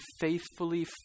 faithfully